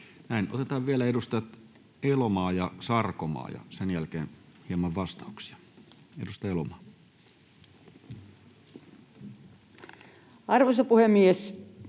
Otetaan vielä edustajat Elomaa ja Sarkomaa ja sen jälkeen hieman vastauksia. — Edustaja Elomaa. Arvoisa puhemies!